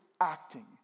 acting